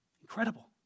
Incredible